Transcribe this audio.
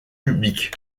public